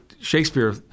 Shakespeare